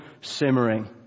simmering